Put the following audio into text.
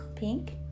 Pink